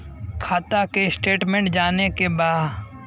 खाता के स्टेटमेंट जाने के बा?